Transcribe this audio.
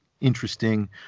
interesting